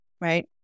Right